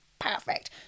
Perfect